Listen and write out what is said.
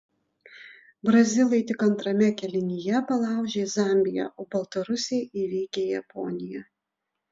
brazilai tik antrame kėlinyje palaužė zambiją o baltarusiai įveikė japoniją